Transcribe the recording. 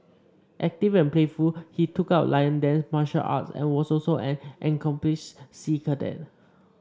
active and playful he took up lion dance and martial arts and was also an accomplished sea cadet